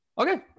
Okay